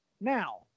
Now